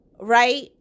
right